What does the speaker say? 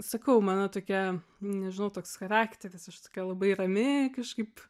sakau mano tokia nežinau toks charakteris aš labai rami kažkaip